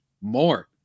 more